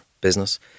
business